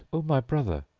o my brother,